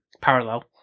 parallel